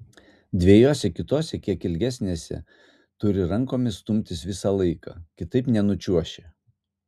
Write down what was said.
dviejose kitose kiek ilgesnėse turi rankomis stumtis visą laiką kitaip nenučiuoši